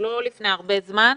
לא לפני הרבה זמן,